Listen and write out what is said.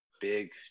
big